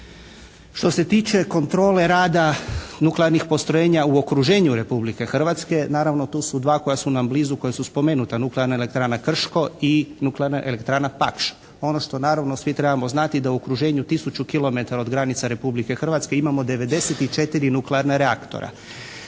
Što se tiče kontrole rada nuklearnih postrojenja u okruženju Republike Hrvatske naravno tu su dva koja su nam blizu koja su spomenuta, Nuklearna elektrana Krško i Nuklearna elektrana Paks. Ono što naravno svi trebamo znati da u okruženje tisuću kilometara od granica Republike Hrvatske imamo 94 nuklearna reaktora.